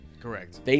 Correct